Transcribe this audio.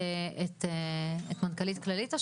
אבל הם לא ייגעו לאף אחד בכסף שלו.